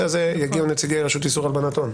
הזה יגיעו נציגי רשות איסור הלבנת הון.